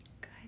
Good